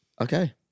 Okay